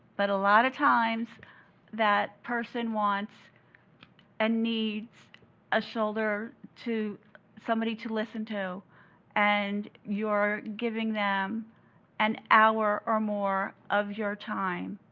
but a lot of times that person wants and needs a shoulder to someone to listen to and you're giving them an hour or more of your time.